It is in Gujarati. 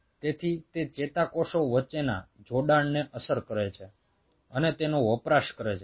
તેથી તે ચેતાકોષો વચ્ચેના જોડાણને અસર કરે છે અને તેનો વપરાશ કરે છે